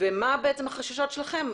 ומה החששות שלכם?